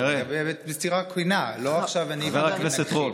תראה, בצורה כנה, לא עכשיו, חבר הכנסת רול.